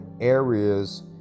areas